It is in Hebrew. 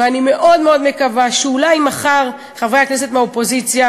ואני מאוד מאוד מקווה שאולי מחר חברי הכנסת מהאופוזיציה